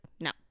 no